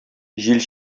җил